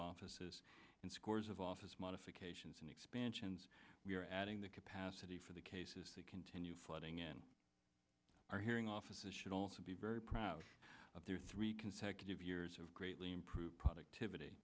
offices and scores of office modifications and expansions we are adding the capacity for the cases to continue flooding in our hearing offices should also be very proud of their three consecutive years of greatly improved productivity